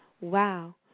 Wow